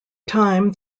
time